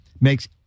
makes